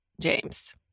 James